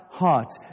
heart